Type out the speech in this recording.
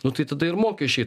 nu tai tada ir mokesčiai